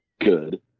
good